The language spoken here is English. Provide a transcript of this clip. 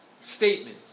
statement